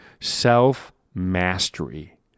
Self-mastery